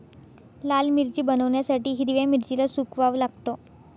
लाल मिरची बनवण्यासाठी हिरव्या मिरचीला सुकवाव लागतं